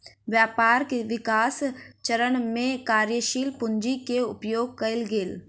व्यापारक विकास चरण में कार्यशील पूंजी के उपयोग कएल गेल